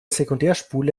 sekundärspule